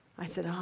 i said, um